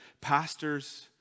pastors